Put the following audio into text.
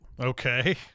Okay